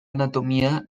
anatomía